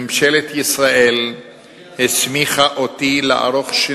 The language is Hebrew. ממשלת ישראל הסמיכה אותי לערוך,